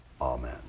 Amen